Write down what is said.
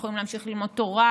הם יכולים להמשיך ללמוד תורה,